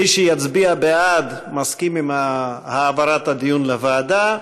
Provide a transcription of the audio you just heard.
מי שיצביע בעד, מסכים להעברת הדיון לוועדה.